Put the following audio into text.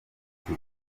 tito